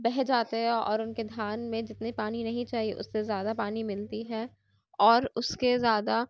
بہہ جاتے ہیں اور اُن کے دھان میں جتنے پانی نہیں چاہیے اُس سے زیادہ پانی ملتی ہے اور اُس کے زیادہ